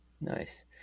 Nice